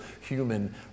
human